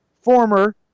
former